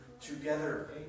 together